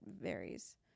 varies